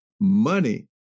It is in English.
money